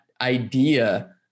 idea